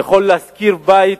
יוכל לשכור בית